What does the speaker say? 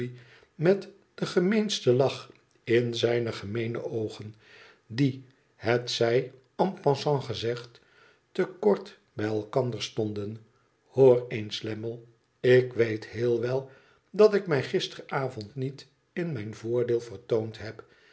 met den gemeensten lach in zijne gemeene oogen die het zij en passant gezegd te kort bij elkander stonden ihoor eens lammie ik weet heel wel dat ik mij gisteravond niet in mijn voordeel vertoond heb